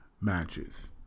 matches